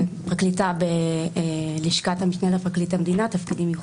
פרקליטה בלשכת המשנה לפרקליט המדינה תפקידים מיוחדים.